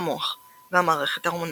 המוח והמערכת ההורמונלית.